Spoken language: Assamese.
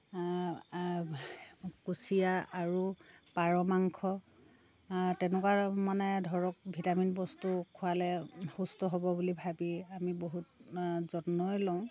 কুছিয়া আৰু পাৰ মাংস তেনেকুৱা মানে ধৰক ভিটামিন বস্তু খোৱালে সুস্থ হ'ব বুলি ভাবি আমি বহুত যত্নই লওঁ